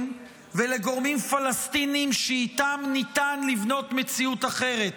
ולגורמים פלסטיניים שאיתם ניתן לבנות מציאות אחרת,